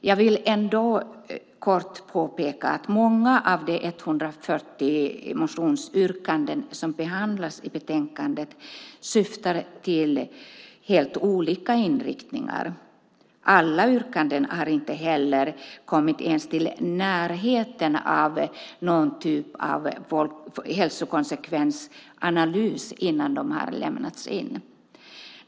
Jag vill ändå kort påpeka att många av de 140 motionsyrkanden som behandlas i betänkandet visar på helt olika inriktningar. Alla yrkanden har heller inte kommit ens i närheten av en hälsokonsekvensanalys innan de lämnats in.